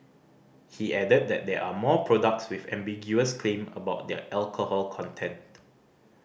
he added that there are more products with ambiguous claim about their alcohol content